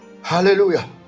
hallelujah